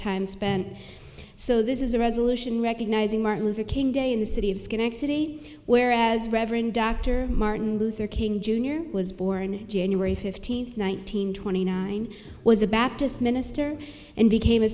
time spent so this is a resolution recognizing martin luther king day in the city of schenectady where as reverend dr martin luther king jr was born january fifteenth one thousand and twenty nine was a baptist minister and became a